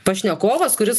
pašnekovas kuris